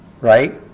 right